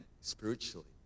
spiritually